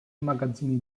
magazzini